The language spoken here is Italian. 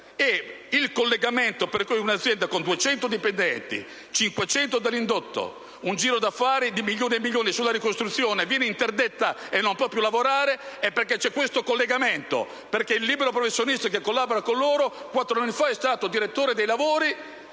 il capo cantiere. Pertanto, un'azienda con 200 dipendenti, 500 dell'indotto, un giro d'affari di milioni e milioni sulla ricostruzione viene interdetta e non può più lavorare perché c'è questo collegamento, ossia perché un libero professionista che collabora con loro quattro anni fa è stato direttore dei lavori